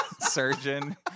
surgeon